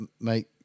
make